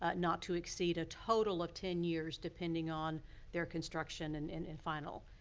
ah not to exceed a total of ten years. depending on their construction and and and final.